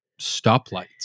stoplights